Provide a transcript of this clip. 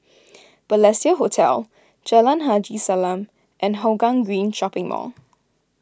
Balestier Hotel Jalan Haji Salam and Hougang Green Shopping Mall